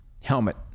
helmet